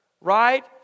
Right